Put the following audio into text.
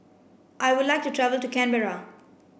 I would like to travel to Canberra